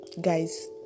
Guys